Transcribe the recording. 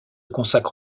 consacre